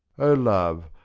o love,